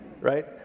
right